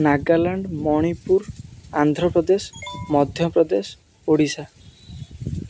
Nagaland Manipur Andhra Pradesh Madhya Pradesh Odisha